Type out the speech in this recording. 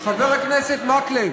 חבר הכנסת מקלב,